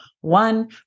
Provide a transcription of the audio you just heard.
one